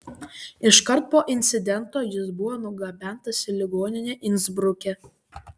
iškart po incidento jis buvo nugabentas į ligoninę insbruke